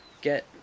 get